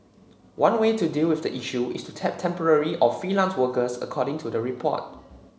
one way to deal with the issue is to tap temporary or freelance workers according to the report